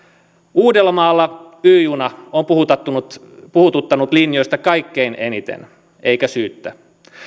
uudellamaalla y juna on puhututtanut puhututtanut linjoista kaikkein eniten eikä syyttä